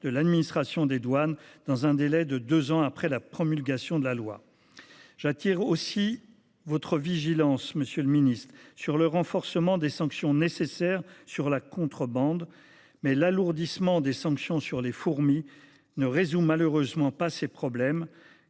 de l’administration des douanes dans un délai de deux ans après la promulgation de la loi. J’attire aussi votre vigilance, monsieur le ministre, sur le renforcement des sanctions nécessaires à l’encontre de la contrebande. Mais l’alourdissement des sanctions contre les « fourmis » ne résout malheureusement pas ces problèmes,